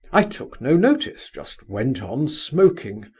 i took no notice, just went on smoking.